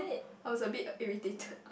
I was a bit irritated